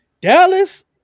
Dallas